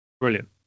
brilliant